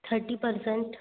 thirty percent